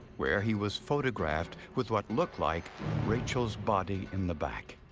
where he was photographed with what looked like rachel's body in the back.